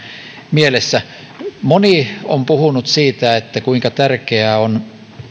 mielessä moni on puhunut siitä kuinka tärkeää on